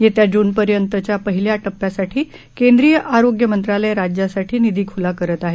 येत्या जूनपर्यंतच्या पहिल्या टप्प्यासाठी केंद्रीय आरोग्य मंत्रालय राज्यांसाठी निधी खुला करत आहे